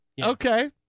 Okay